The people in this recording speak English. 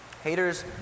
Haters